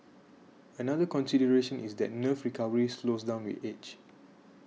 another consideration is that nerve recovery slows down with age